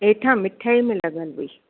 हेठां मिठाई में लॻल हुई